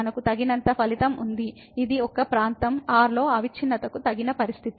మనకు తగినంత ఫలితం ఉంది ఇది ఒక ప్రాంతం r లో అవిచ్ఛిన్నత కు తగిన పరిస్థితి